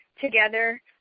together